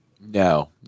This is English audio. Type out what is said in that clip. No